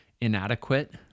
inadequate